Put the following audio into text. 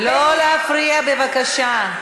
לא להפריע, בבקשה.